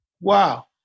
wow